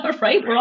right